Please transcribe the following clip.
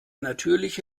natürliche